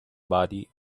body